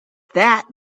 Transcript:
that